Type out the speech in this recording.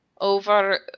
over